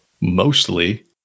mostly